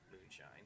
moonshine